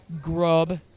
grub